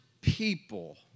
people